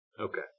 Okay